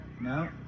No